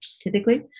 typically